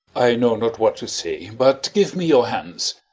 i know not what to say but give me your hands.